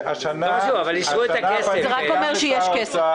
רק אומר שיש כסף.